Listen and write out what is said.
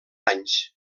anys